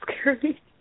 scary